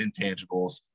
intangibles